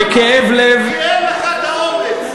בכאב לב, כי אין לך את האומץ.